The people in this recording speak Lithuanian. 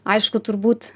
aišku turbūt